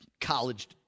college